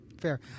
Fair